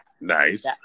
Nice